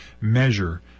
measure